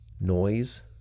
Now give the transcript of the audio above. noise